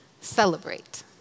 celebrate